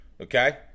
okay